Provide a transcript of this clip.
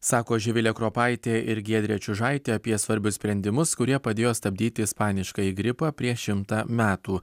sako živilė kropaitė ir giedrė čiužaitė apie svarbius sprendimus kurie padėjo stabdyti ispaniškąjį gripą prieš šimtą metų